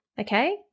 okay